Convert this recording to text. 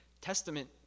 testament